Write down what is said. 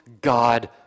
God